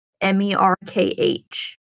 M-E-R-K-H